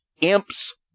imps